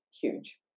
huge